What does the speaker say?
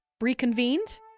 reconvened